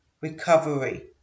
recovery